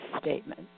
statement